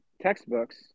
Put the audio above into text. textbooks